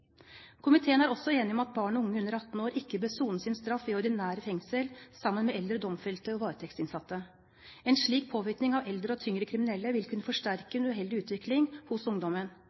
Komiteen er også enig om at barn og unge under 18 år ikke bør sone sin straff i ordinære fengsel sammen med eldre domfelte og varetektsinnsatte. En slik påvirkning av eldre og tyngre kriminelle vil kunne forsterke en uheldig utvikling hos ungdommen.